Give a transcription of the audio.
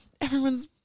everyone's